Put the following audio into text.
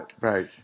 right